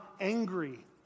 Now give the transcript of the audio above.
angry